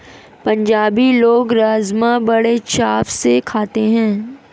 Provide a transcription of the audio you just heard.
पंजाबी लोग राज़मा बड़े चाव से खाते हैं